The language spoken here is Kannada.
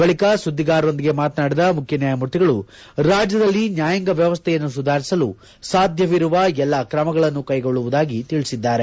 ಬಳಿಕ ಸುದ್ದಿಗಾರರೊಂದಿಗೆ ಮಾತನಾಡಿದ ಮುಖ್ಯ ನ್ಯಾಯಮೂರ್ತಿಗಳು ರಾಜ್ಯದಲ್ಲಿ ನ್ಯಾಯಾಂಗ ವ್ಯವಸೈಯನ್ನು ಸುಧಾರಿಸಲು ಸಾಧ್ಯವಿರುವ ಎಲ್ಲಾ ಕ್ರಮಗಳನ್ನು ಕೈಗೊಳ್ಳುವುದಾಗಿ ತಿಳಿಸಿದ್ದಾರೆ